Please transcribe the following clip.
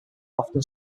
often